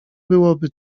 byłoby